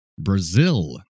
Brazil